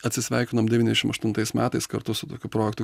atsisveikinom devyniasdešimt aštuntais metais kartu su tokiu projektu